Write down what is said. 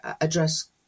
address